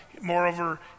moreover